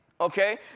okay